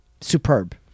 superb